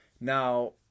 now